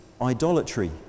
idolatry